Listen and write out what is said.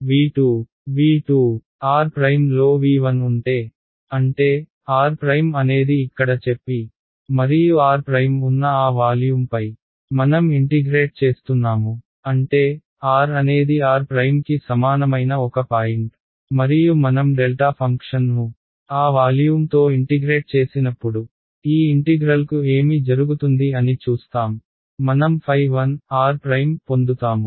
V2 r లో V1 ఉంటే అంటే r అనేది ఇక్కడ చెప్పి మరియు r ఉన్న ఆ వాల్యూమ్పై మనం ఇంటిగ్రేట్ చేస్తున్నాము అంటే r అనేది r కి సమానమైన ఒక పాయింట్ మరియు మనం డెల్టా ఫంక్షన్ను ఆ వాల్యూమ్తో ఇంటిగ్రేట్ చేసినప్పుడు ఈ ఇంటిగ్రల్కు ఏమి జరుగుతుంది అని చూస్తాం మనం ɸ1r పొందుతాము